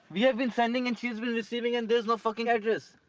we've been sending and she's been receiving, and there's no fucking address!